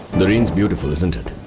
the rain's beautiful, isn't it?